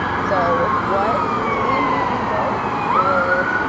so what can you be both, or